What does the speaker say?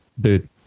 dude